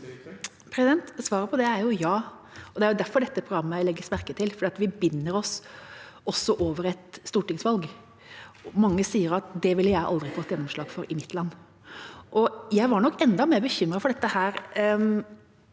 Svaret på det er ja. Det er derfor dette programmet legges merke til – for vi binder oss også over et stortingsvalg. Mange sier at det ville de aldri fått gjennomslag for i sitt land. Jeg var nok enda mer bekymret for dette i